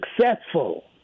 successful